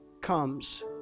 comes